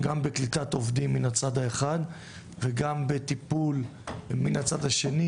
גם בקליטת עובדים מן הצד האחד וגם בטיפול מן הצד השני